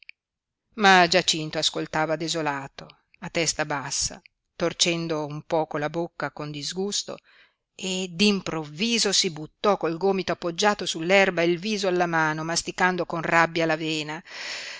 ma giacinto ascoltava desolato a testa bassa torcendo un poco la bocca con disgusto e d'improvviso si buttò col gomito appoggiato sull'erba e il viso alla mano masticando con rabbia